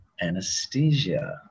anesthesia